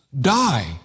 die